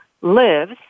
lives